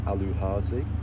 Aluhazi